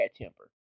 temper